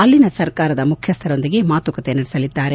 ಅಲ್ಲಿನ ಸರ್ಕಾರದ ಮುಖ್ಯಸ್ಥರೊಂದಿಗೆ ಮಾತುಕತೆ ನಡೆಸಲಿದ್ದಾರೆ